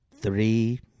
Three